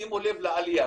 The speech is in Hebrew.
שימו לב לעלייה,